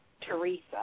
Teresa